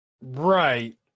right